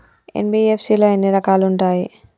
NBFC లో ఎన్ని రకాలు ఉంటాయి?